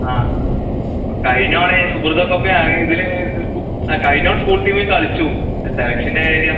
ആ കഴിഞ്ഞ തവണ ഫുട്ബോൾ കപ്പിന് ആ ഇതിന് ആ കഴിഞ്ഞ തവണ സ്കൂൾ ടീമിൽ കളിച്ചു സെലക്ഷൻ്റെ കാര്യം